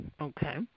okay